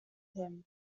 him